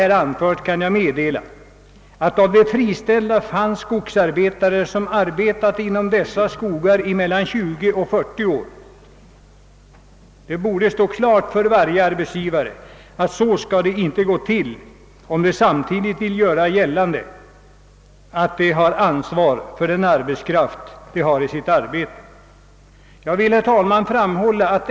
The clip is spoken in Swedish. Bland de friställda fanns skogsarbetare som arbetat i dessa skogar mellan 20 och 40 år. Det borde stå klart för alla att så får inte en arbetsgivare som känner ansvar för sin arbetskraft handla.